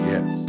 Yes